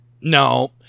no